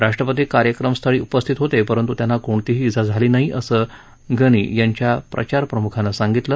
राष्ट्रपती कार्यक्रमस्थळी उपस्थित होते परंतु त्यांना कोणतीही ज्ञा झाली नाही असं गनी यांच्या प्रचार प्रमुखानं सांगितलं